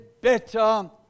better